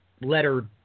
letter